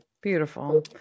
beautiful